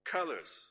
Colors